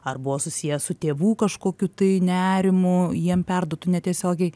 ar buvo susiję su tėvų kažkokiu tai nerimu jiem perduotu netiesiogiai